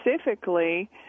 specifically